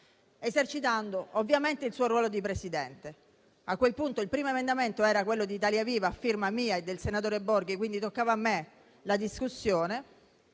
esercitando ovviamente il suo ruolo di Presidente. A quel punto il primo emendamento era quello di Italia Viva, a firma mia e del senatore Borghi, quindi toccava a me iniziare la discussione,